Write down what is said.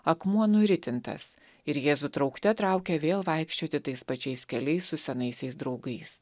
akmuo nuritintas ir jėzų traukte traukė vėl vaikščioti tais pačiais keliais su senaisiais draugais